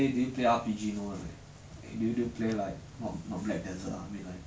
ya that one also can lah you you see ah you ah 你看那个